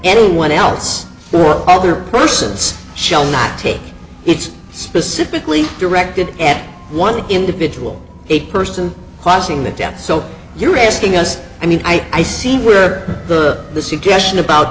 anyone else or other persons shall not take it's specifically directed at one individual a person causing the death so you're asking us i mean i see where the